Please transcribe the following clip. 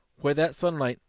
where that sunlight,